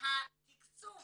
התקצוב